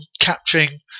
capturing